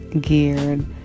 geared